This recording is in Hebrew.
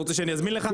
אתה רוצה שאזמין לך?